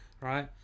Right